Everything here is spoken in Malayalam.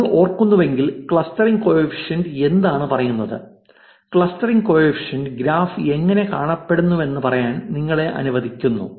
നിങ്ങൾ ഓർക്കുന്നുവെങ്കിൽ ക്ലസ്റ്ററിംഗ് കോഫിഷ്യന്റ് എന്താണ് പറയുന്നത് ക്ലസ്റ്ററിംഗ് കോഫിഷ്യന്റ് ഗ്രാഫ് എങ്ങനെ കാണപ്പെടുന്നുവെന്ന് പറയാൻ നിങ്ങളെ അനുവദിക്കുന്നു